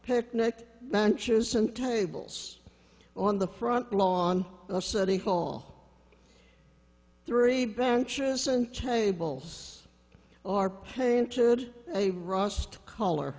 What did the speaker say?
picnic benches and tables on the front lawn of city hall three benches and tables are painted a rust color